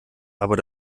aber